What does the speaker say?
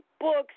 books